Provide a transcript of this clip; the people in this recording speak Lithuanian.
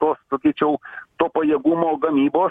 tos sakyčiau to pajėgumo gamybos